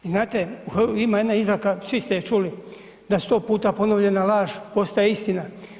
I znate, ima jedna izreka, svi ste je čuli da sto puta ponovljena laž postaje istina.